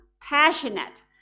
passionate